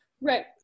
Right